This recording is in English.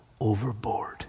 overboard